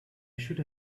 should